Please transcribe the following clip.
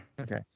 Okay